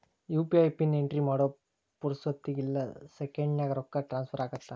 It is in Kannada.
ಯು.ಪಿ.ಐ ಪಿನ್ ಎಂಟ್ರಿ ಮಾಡೋ ಪುರ್ಸೊತ್ತಿಗಿಲ್ಲ ಸೆಕೆಂಡ್ಸ್ನ್ಯಾಗ ರೊಕ್ಕ ಟ್ರಾನ್ಸ್ಫರ್ ಆಗತ್ತ